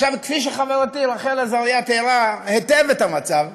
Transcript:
כפי שחברתי רחל עזריה תיארה היטב את המציאות,